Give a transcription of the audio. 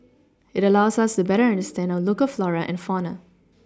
it allows us to better understand our local flora and fauna